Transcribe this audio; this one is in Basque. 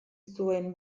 zuen